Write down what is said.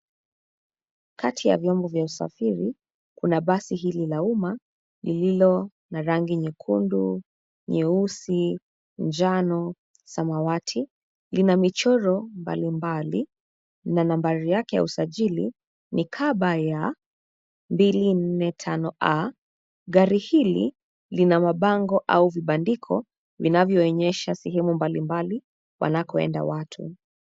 Kati ya vyombo vya usafiri kuna basi hili la umma lililo na rangi nyekundu, nyeusi, njano, samawati. Lina michoro mbalimbali na nambari yake ya usajili ni KBY245A. Gari hili lina mabango au vibandiko vinavyoonyesha sehemu mbalimbali wanakoenda watu.